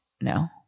no